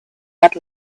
had